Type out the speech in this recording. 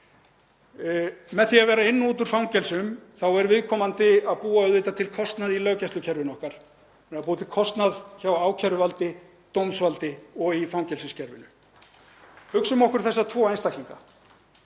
Með því að vera inn og út úr fangelsum er viðkomandi að búa til kostnað í löggæslukerfinu, búa til kostnað hjá ákæruvaldi, dómsvaldi og í fangelsiskerfinu. Hugsum okkur þessa tvo einstaklinga.